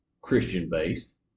Christian-based